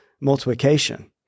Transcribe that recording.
multiplication